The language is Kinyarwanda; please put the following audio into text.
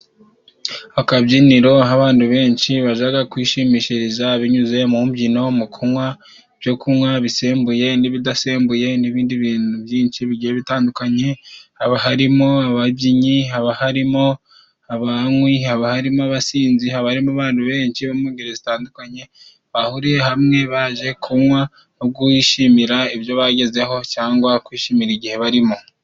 Akabyiniro aho abantu benshi bajaga kwishimishiriza binyuze mu mbyino, mu kunywa ibyo kunywa bisembuye n'ibidasembuye n'ibindi bintu byinshi bitandukanye haba harimo ababyinnyi, haba harimo abanywi, haba harimo abasinzi, haba harimo abantu benshi bari mu ngeri zitandukanye bahuriye hamwe baje kunywa ubwo bishimira ibyo bagezeho cyangwa kwishimira igihe barimo.